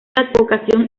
advocación